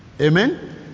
amen